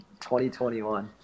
2021